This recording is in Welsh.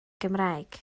gymraeg